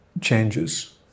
changes